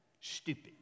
stupid